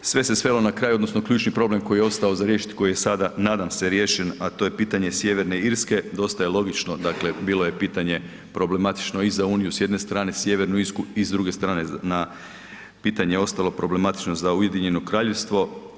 Sve se svelo na kraju, odnosno ključni problem koji je ostao za riješiti, koji je sada nadam se riješen a to je pitanje Sjeverne Irske, dosta je logično, dakle bilo je pitanje problematično iza Uniju s jedne strane, Sjevernu Irsku i s druge strane na, pitanje ostalo problematično za UK.